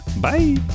bye